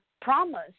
promise